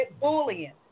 bullying